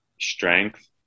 strength